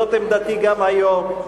זאת עמדתי גם היום.